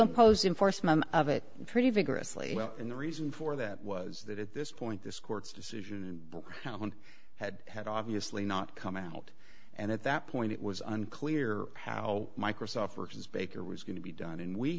oppose in force of it pretty vigorously and the reason for that was that at this point this court's decision in one had had obviously not come out and at that point it was unclear how microsoft works as baker was going to be done and we